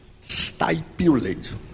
stipulate